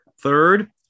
Third